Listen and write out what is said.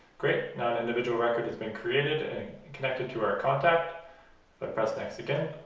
great now an individual record has been created and connected to our contact i press next again